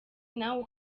nawe